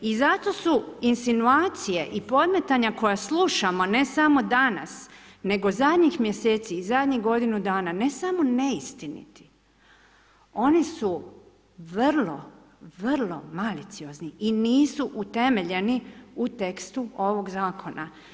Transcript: I zato su insinuacije i podmetanja koja slušamo ne samo danas nego zadnjih mjeseci i zadnjih godinu dana ne samo neistiniti, oni su vrlo, vrlo maliciozni i nisu utemeljeni u tekstu ovog Zakona.